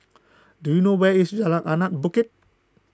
do you know where is Jalan Anak Bukit